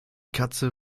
katze